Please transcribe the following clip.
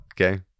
Okay